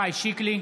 שיקלי,